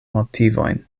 motivojn